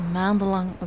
maandenlang